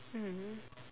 mm